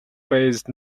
based